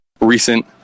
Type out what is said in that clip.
recent